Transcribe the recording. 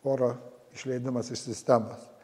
oro išleidimas iš sistemos